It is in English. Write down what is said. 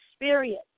experience